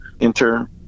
enter